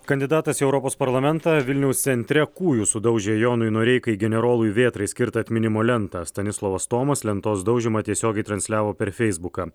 kandidatas į europos parlamentą vilniaus centre kūju sudaužė jonui noreikai generolui vėtrai skirtą atminimo lentą stanislovas tomas lentos daužymą tiesiogiai transliavo per feisbuką